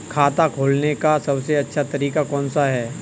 खाता खोलने का सबसे अच्छा तरीका कौन सा है?